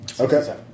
Okay